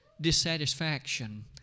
dissatisfaction